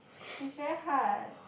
is very hard